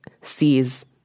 sees